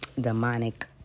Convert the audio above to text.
demonic